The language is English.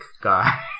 guy